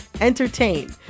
entertain